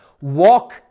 Walk